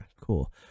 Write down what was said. cool